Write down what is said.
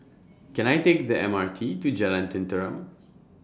Can I Take The M R T to Jalan Tenteram